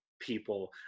people